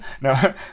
No